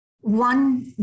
one